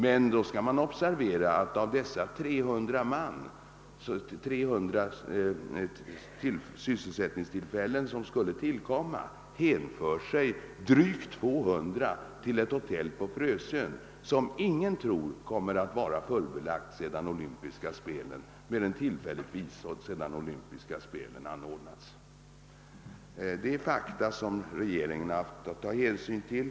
Men då skall det observeras att av dessa 300 sysselsättningstillfällen, som skulle tillkomma, hänför sig drygt 200 till ett hotell på Frösön, som ingen tror skulle komma att vara fullbelagt mer än tillfälligtvis sedan de olympiska vinterspelen anordnats. Detta är fakta som regeringen haft att ta hänsyn till.